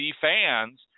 fans